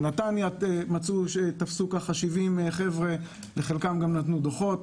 בנתניה תפסו 70 חבר'ה כשלחלקם נתנו גם דוחות.